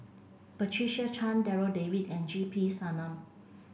Patricia Chan Darryl David and G P Selvam